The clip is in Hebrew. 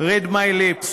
read my lips: